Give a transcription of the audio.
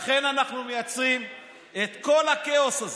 לכן אנחנו מייצרים את כל הכאוס הזה.